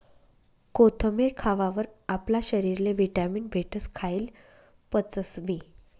कोथमेर खावावर आपला शरीरले व्हिटॅमीन भेटस, खायेल पचसबी